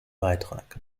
beitrag